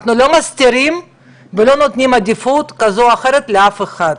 אנחנו לא מסתירים ולא נותנים עדיפות כזו או אחרת לאף אחד.